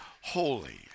holy